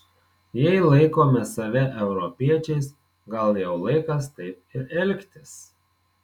jei laikome save europiečiais gal jau laikas taip ir elgtis